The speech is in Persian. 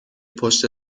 پشت